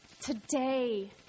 Today